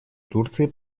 турции